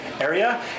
Area